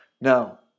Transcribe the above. Now